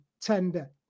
tender